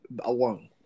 Alone